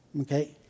Okay